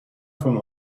from